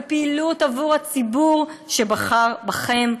בפעילות עבור הציבור שבחר בכם ובנו.